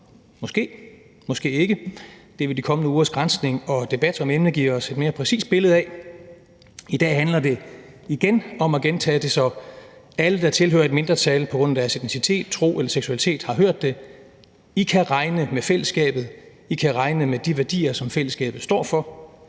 måske, måske ikke. Det vil de kommende ugers granskning og debat om emnet give os et mere præcist billede af. I dag handler det igen om at gentage det, så alle, der tilhører et mindretal på grund af deres etnicitet, tro eller seksualitet, har hørt det: I kan regne med fællesskabet, og I kan regne med de værdier, som fællesskabet står for,